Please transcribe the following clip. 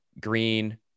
green